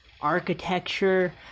architecture